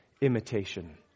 imitation